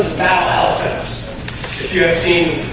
elephants if you have seen